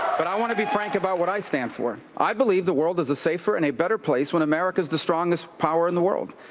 but i want to be frank about what i stand for. i believe the world is a safer and a better place when america is the strongest power in the world.